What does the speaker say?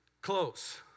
Close